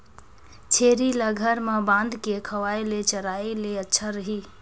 छेरी ल घर म बांध के खवाय ले चराय ले अच्छा रही?